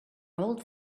old